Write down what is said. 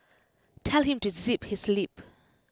tell him to zip his lip